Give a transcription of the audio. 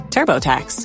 TurboTax